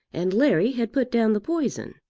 and larry had put down the poison.